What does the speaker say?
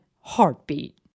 heartbeat